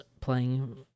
playing